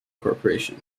corporation